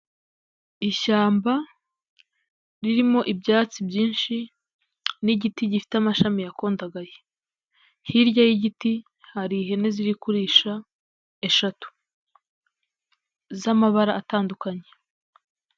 Ishyamba ririmo ibyatsi byinshi n'igiti gifite amashami yakondagaye, hirya y'igiti hari ihene ziri kurisha eshatu z'amabara atandukanye.